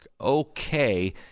okay